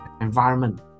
environment